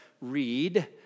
read